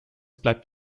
bleibt